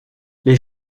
les